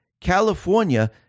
California